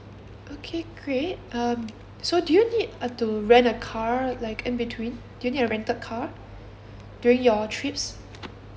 okay great uh so do you need uh to rent a car like in between do you need a rental car during your trips